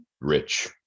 rich